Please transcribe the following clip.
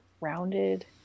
rounded